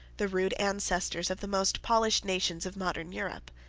the rude ancestors of the most polished nations of modern europe.